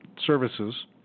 services